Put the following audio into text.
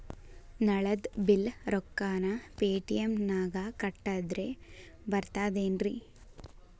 ನಳದ್ ಬಿಲ್ ರೊಕ್ಕನಾ ಪೇಟಿಎಂ ನಾಗ ಕಟ್ಟದ್ರೆ ಬರ್ತಾದೇನ್ರಿ?